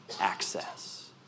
access